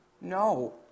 no